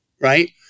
right